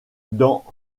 dans